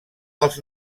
als